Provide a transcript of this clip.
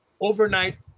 overnight